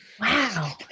Wow